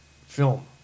film